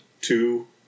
Two